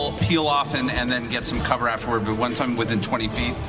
peel off and and then get some cover afterward, but once i'm within twenty feet,